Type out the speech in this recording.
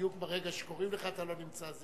ובדיוק בזמן שקוראים אתה לא נמצא?